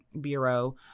bureau